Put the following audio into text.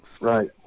Right